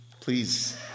Please